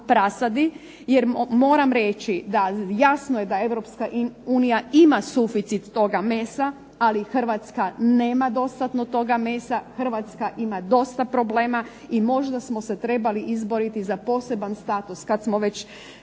prasadi? Jer moram reći da jasno je da EU ima suficit toga mesa, ali Hrvatska nema dostatno toga mesa, Hrvatska ima dosta problema i možda smo se trebali izboriti za poseban status kad smo već